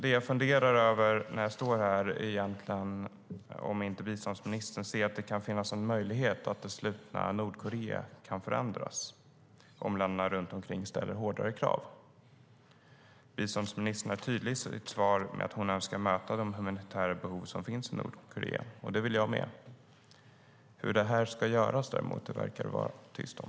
Det jag funderar över när jag står här är egentligen om inte biståndsministern ser att det kan finnas en möjlighet att det slutna Nordkorea kan förändras om länderna runt omkring ställer hårdare krav. Biståndsministern är tydlig i sitt svar med att hon önskar möta de humanitära behov som finns i Nordkorea, och det vill jag också. Hur det ska göras verkar det däremot vara tyst om.